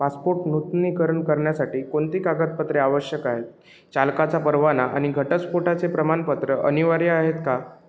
passport नूतनीकरण करण्यासाठी कोणती कागदपत्रे आवश्यक आहेत चालकाचा परवाना आणि घटस्फोटाचे प्रमाणपत्र अनिवार्य आहेत का